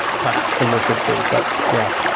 perhaps then we should be, but yeah,